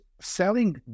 selling